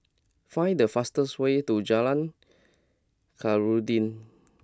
find the fastest way to Jalan Khairuddin